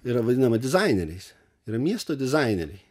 yra vadinama dizaineriais yra miesto dizaineriai